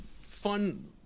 Fun